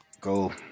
go